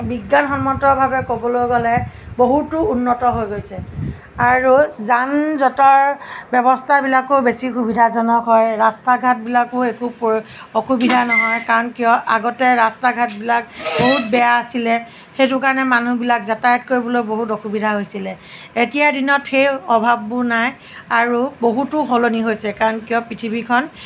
বিজ্ঞানসন্মতভাৱে ক'বলৈ গ'লে বহুতো উন্নত হৈ গৈছে আৰু যান জঁটৰ ব্যৱস্থাবিলাকো বেছি সুবিধাজনক হয় ৰাস্তা ঘাট বিলাকৰো একো অসুবিধা নহয় কাৰণ কিয় আগতে ৰাস্তা ঘাটবিলাক বহুত বেয়া আছিলে সেইটো কাৰণে মানুহ যাতায়াত কৰিবলৈ বহুত অসুবিধা হৈছিলে এতিয়াৰ দিনত সেই অভাৱবোৰ নাই আৰু বহুতো সলনি হৈছে কাৰণ কিয় পৃথিৱীখন